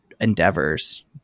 endeavors